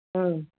ꯎꯝ